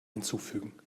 hinzufügen